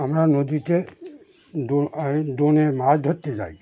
আমরা নদীতে ডোনে মাছ ধরতে যাই